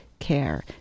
care